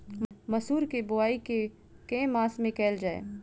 मसूर केँ बोवाई केँ के मास मे कैल जाए?